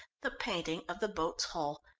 the painting of the boat's hull,